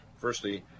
firstly